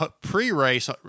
pre-race